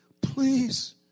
Please